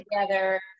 together